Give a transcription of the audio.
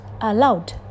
allowed